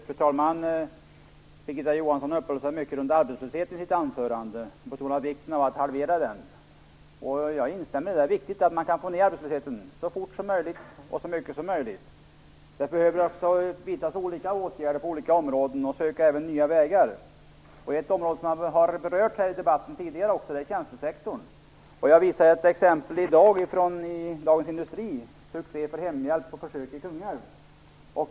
Fru talman! Birgitta Johansson uppehöll sig mycket runt arbetslösheten i sitt anförande. Hon betonade vikten av att halvera den. Jag instämmer i det. Det är viktigt att man får ned arbetslösheten så fort som möjligt och så mycket som möjligt. Det behöver vidtas olika åtgärder på olika områden, och man måste även söka nya vägar. Ett område som vi har berört i debatten tidigare i dag är tjänstesektorn. Jag kan visa ett exempel som kommer från Dagens Industri i dag: "Succé för hemjälp på försök" i Kungälv.